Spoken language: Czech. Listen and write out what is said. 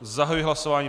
Zahajuji hlasování.